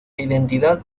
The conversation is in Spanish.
identidad